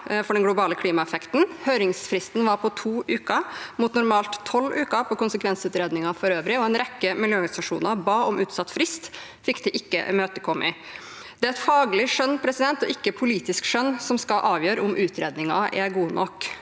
for den globale klimaeffekten. Høringsfristen var på to uker, mot normalt tolv uker på konsekvensutredninger for øvrig, og en rekke miljøorganisasjoner ba om utsatt frist. Det ble ikke imøtekommet. Det er et faglig skjønn som skal avgjøre om utredninger er gode nok,